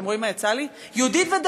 יהודית ופלסטינית,